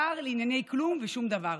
שר לענייני כלום ושום דבר.